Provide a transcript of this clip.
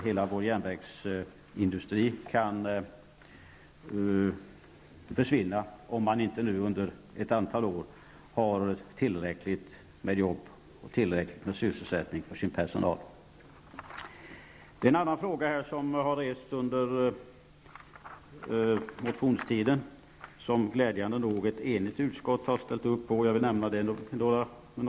Hela vår järnvägsindustri kan som sagt försvinna om den under ett antal år inte har tillräckligt med jobb och sysselsättning för sin personal. Det finns en fråga som har rests under motionstiden, som glädjande nog ett enigt utskott har ställt upp på.